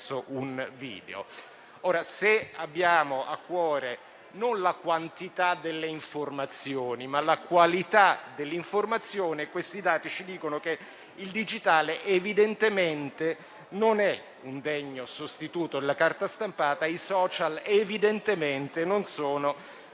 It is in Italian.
Se abbiamo a cuore, non la quantità delle informazioni, ma la qualità dell'informazione, questi dati dicono che il digitale, evidentemente, non è un degno sostituto della carta stampata e che i *social* non sono un degno